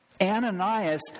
Ananias